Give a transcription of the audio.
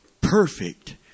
perfect